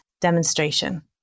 demonstration